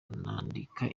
nandika